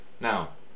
Now